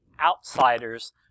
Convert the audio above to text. outsiders